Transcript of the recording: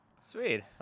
sweet